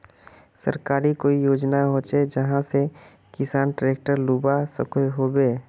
सरकारी कोई योजना होचे जहा से किसान ट्रैक्टर लुबा सकोहो होबे?